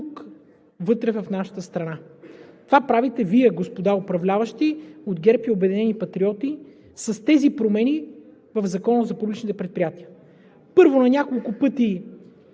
вътре в нашата страна. Това правите Вие, господа управляващи от ГЕРБ и „Обединени патриоти“ в Закона за публичните предприятия. Първо на няколко пъти